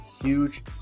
huge